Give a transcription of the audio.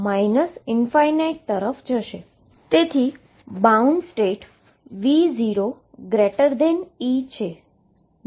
તેથી bound state V0E છે